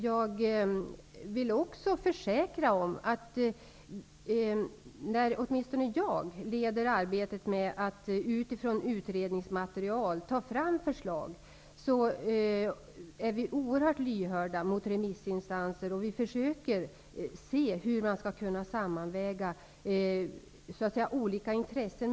Jag vill också försäkra att åtminstone när jag leder arbetet att utifrån utredningsmaterial ta fram förslag är vi oerhört lyhörda för remissinstanser och försöker se hur man skall kunna sammanväga olika intressen.